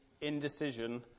indecision